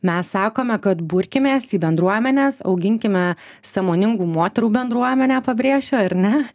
mes sakome kad burkimės į bendruomenes auginkime sąmoningų moterų bendruomenę pabrėšiu ar ne